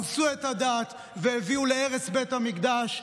הרסו את הדת והביאו להרס בית המקדש.